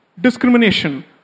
discrimination